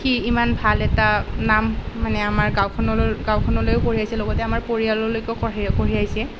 সি ইমান ভাল এটা নাম মানে আমাৰ গাঁওখনলৈ গাঁওখনলৈও কঢ়িয়াইছে লগতে আমাৰ পৰিয়ালৈকেও কঢ়িয়াইছে